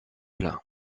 plein